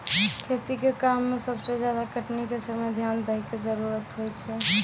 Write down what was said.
खेती के काम में सबसे ज्यादा कटनी के समय ध्यान दैय कॅ जरूरत होय छै